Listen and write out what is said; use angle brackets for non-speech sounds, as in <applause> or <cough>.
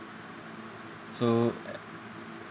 so <noise>